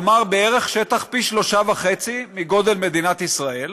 כלומר בערך שטח שהוא פי 3.5 מגודל מדינת ישראל,